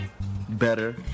better